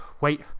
wait